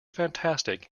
fantastic